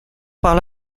par